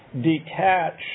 detach